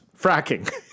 fracking